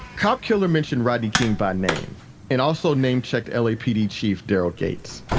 cop killer mentioned rodney king by name and also name-checked lapd chief daryl gates.